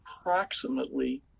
approximately